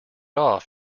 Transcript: off